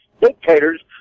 dictators